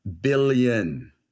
billion